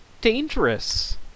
dangerous